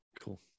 cool